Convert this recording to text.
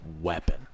weapon